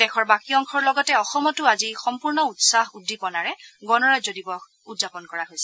দেশৰ বাকী অংশ লগতে অসমতো আজি সম্পূৰ্ণ উৎসাহ উদ্দীপনাৰে গণৰাজ্য দিৱস উদযাপন কৰা হৈছে